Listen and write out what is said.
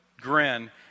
grin